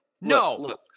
No